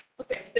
okay